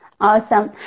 Awesome